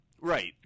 Right